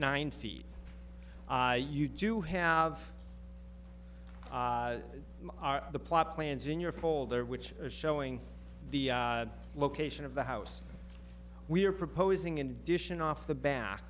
nine feet you do have the plop plans in your folder which is showing the location of the house we are proposing in addition off the ba